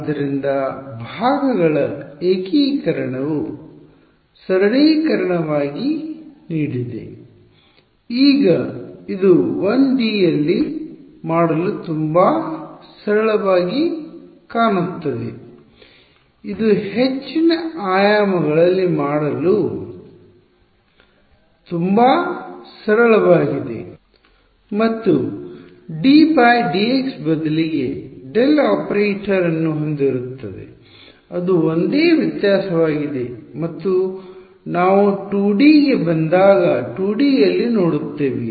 ಆದ್ದರಿಂದ ಭಾಗಗಳ ಏಕೀಕರಣವು ಸರಳೀಕರಣವಾಗಿ ನೀಡಿದೆ ಈಗ ಇದು 1 ಡಿ ಯಲ್ಲಿ ಮಾಡಲು ತುಂಬಾ ಸರಳವಾಗಿ ಕಾಣುತ್ತದೆ ಇದು ಹೆಚ್ಚಿನ ಆಯಾಮಗಳಲ್ಲಿ ಮಾಡಲು ತುಂಬಾ ಸರಳವಾಗಿದೆ ಮತ್ತು ddx ಬದಲಿಗೆ ∇ ಆಪರೇಟರ್ ಅನ್ನು ಹೊಂದಿರುತ್ತದೆ ಅದು ಒಂದೇ ವ್ಯತ್ಯಾಸವಾಗಿದೆ ಮತ್ತು ನಾವು 2 ಡಿ ಗೆ ಬಂದಾಗ 2 ಡಿ ಯಲ್ಲಿ ನೋಡುತ್ತೇವೆ